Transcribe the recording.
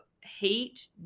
hate